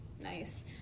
Nice